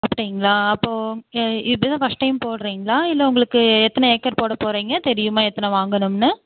அப்படிங்ளா அப்போது இது தான் ஃபஸ்ட் டைம் போடுறிங்ளா இல்லை உங்களுக்கு எத்தனை ஏக்கர் போடப் போகிறிங்க தெரியுமா எத்தனை வாங்கணும்னு